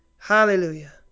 Hallelujah